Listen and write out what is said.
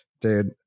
Dude